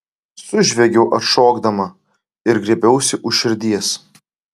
sužviegiau atšokdama ir griebiausi už širdies